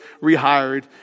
rehired